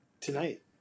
tonight